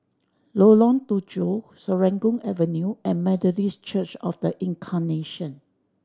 Lengkong Tujuh Serangoon Avenue and Methodist Church Of The Incarnation